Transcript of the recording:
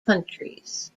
countries